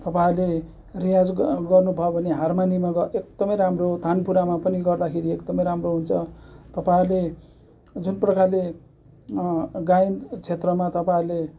तपाईँहरूले रियाज गर्नु भयो भने हारमानियममा एकदमै राम्रो तानपुरामा पनि गर्दाखेरि एकदमै राम्रो हुन्छ तपाईँहरूले जुन प्रकारले गायन क्षेत्रमा तपाईँहरूले